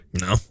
no